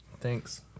thanks